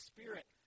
Spirit